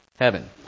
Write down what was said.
heaven